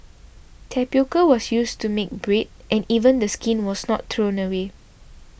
tapioca was used to make bread and even the skin was not thrown away